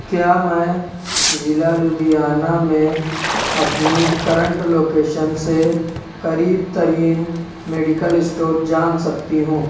کیا میں ضلع لدھیانہ میں اپنی کرنٹ لوکیشن سے قریب ترین میڈیکل اسٹور جان سکتی ہوں